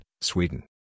Sweden